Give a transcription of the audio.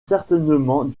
certainement